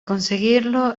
conseguirlo